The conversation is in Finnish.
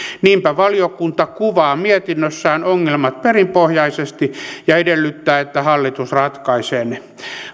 niinpä valiokunta kuvaa mietinnössään ongelmat perinpohjaisesti ja edellyttää että hallitus ratkaisee ne